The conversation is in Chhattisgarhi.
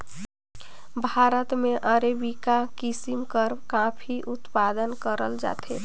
भारत में अरेबिका किसिम कर काफी उत्पादन करल जाथे